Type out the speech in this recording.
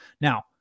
now